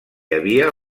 havia